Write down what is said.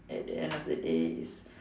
at the end of the day is